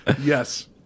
Yes